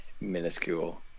minuscule